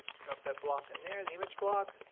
drop that block in there the image block.